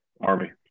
army